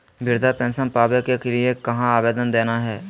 वृद्धा पेंसन पावे के लिए कहा आवेदन देना है?